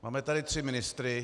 Máme tady tři ministry.